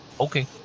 Okay